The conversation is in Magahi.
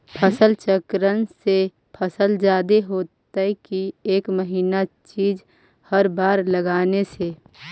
फसल चक्रन से फसल जादे होतै कि एक महिना चिज़ हर बार लगाने से?